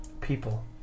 People